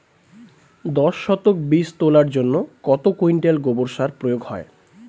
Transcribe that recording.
দশ শতক বীজ তলার জন্য কত কুইন্টাল গোবর সার প্রয়োগ হয়?